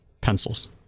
Pencils